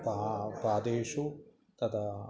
पा पादेषु तद्